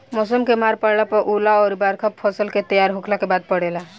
मौसम के मार पड़ला पर ओला अउर बरखा फसल के तैयार होखला के बाद पड़ेला